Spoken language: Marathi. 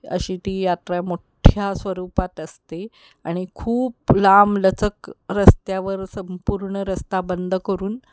अशी ती यात्रा मोठ्ठ्या स्वरूपात असते आणि खूप लांबलचक रस्त्यावर संपूर्ण रस्ता बंद करून